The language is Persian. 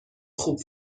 خوب